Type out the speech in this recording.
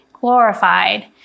glorified